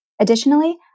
Additionally